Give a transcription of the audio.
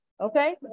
Okay